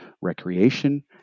recreation